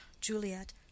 juliet